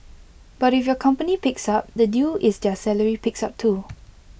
but if your company picks up the deal is their salary picks up too